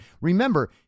Remember